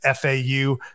FAU